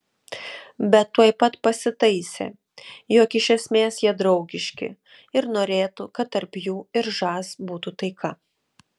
bet tuoj pat pasitaisė jog iš esmės jie draugiški ir norėtų kad tarp jų ir žas būtų taika